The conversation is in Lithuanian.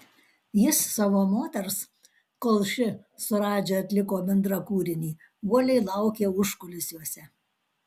jis savo moters kol ši su radži atliko bendrą kūrinį uoliai laukė užkulisiuose